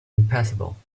impassable